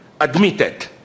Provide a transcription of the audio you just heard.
admitted